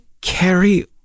carry